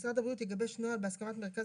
משרד הבריאות יגבש נוהל בהסכמת מרכז